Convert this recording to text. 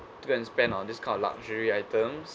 to spend on this kind of luxury items